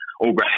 Over